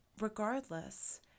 Regardless